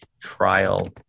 trial